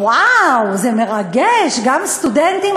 וואו, זה מרגש, גם סטודנטים.